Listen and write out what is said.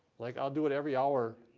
like i'll do it every hour,